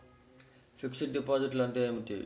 Fixed డిపాజిట్లు అంటే ఏమిటి?